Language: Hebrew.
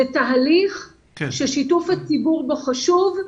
זה תהליך ששיתוף הציבור בו חשוב.